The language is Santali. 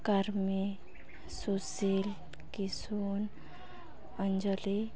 ᱠᱟᱨᱢᱤ ᱥᱩᱥᱤᱞ ᱠᱤᱥᱩᱱ ᱚᱧᱡᱚᱞᱤ